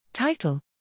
Title